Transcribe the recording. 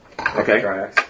Okay